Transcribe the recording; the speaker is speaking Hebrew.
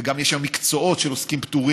וגם יש היום מקצועות של עוסקים פטורים,